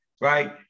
right